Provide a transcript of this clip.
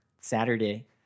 Saturday